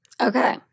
Okay